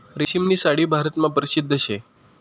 रेशीमनी साडी भारतमा परशिद्ध शे